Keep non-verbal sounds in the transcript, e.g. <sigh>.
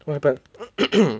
what happened <coughs>